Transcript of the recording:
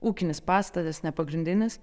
ūkinis pastatas ne pagrindinis